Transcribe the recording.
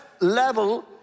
level